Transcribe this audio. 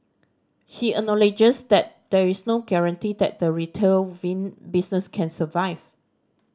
he acknowledges that there is no guarantee that the retail business can survive